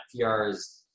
PRs